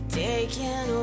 taken